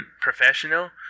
professional